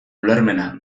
ulermena